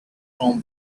from